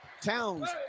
Towns